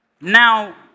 Now